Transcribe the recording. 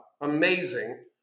Amazing